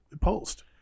post